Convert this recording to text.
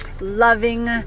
loving